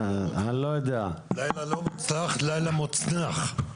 לילה לא מוצלח, לילה מוצנח.